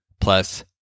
Plus